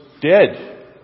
dead